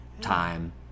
time